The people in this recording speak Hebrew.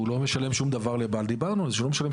לא דרך מניות,